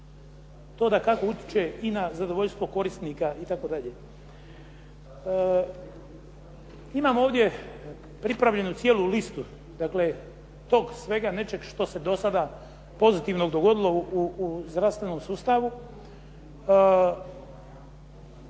to dakako utječe na zadovoljstvo korisnika itd. Imamo ovdje pripravljenu cijelu listu dakle tog svega nečeg što se dosada pozitivnog dogodilo u zdravstvenom sustavu.